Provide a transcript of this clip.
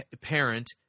parent